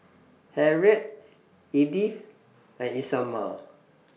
Harriett Edyth and Isamar